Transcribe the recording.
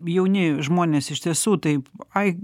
jauni žmonės iš tiesų taip ai